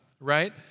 right